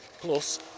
plus